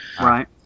right